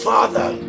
Father